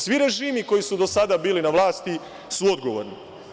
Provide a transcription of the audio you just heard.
Svi režimi koji su do sada bili na vlasti su odgovorni.